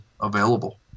available